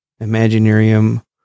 Imaginarium